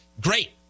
great